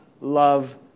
love